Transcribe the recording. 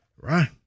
right